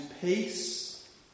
peace